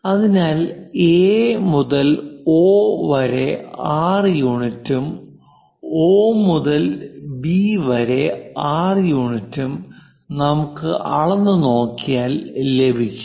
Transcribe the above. അതിനാൽ എ മുതൽ ഒ വരെ 6 യൂണിറ്റും ഒ മുതൽ ബി വരെ 6 യൂണിറ്റും നമുക്ക് അളന്നു നോക്കിയാൽ ലഭിക്കും